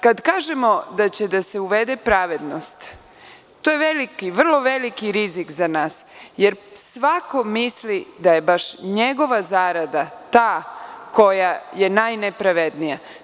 Kada kažemo da će da se uvede pravednost, to je vrlo veliki rizik za nas, jer svako misli da je baš njegova zarada ta koja je najnepravednija.